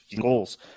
goals